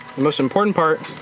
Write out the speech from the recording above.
most important part